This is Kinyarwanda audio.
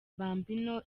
bambino